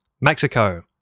Mexico